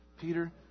Peter